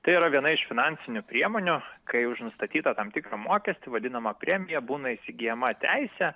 tai yra viena iš finansinių priemonių kai už nustatytą tam tikrą mokestį vadinamą premiją būna įsigyjama teisė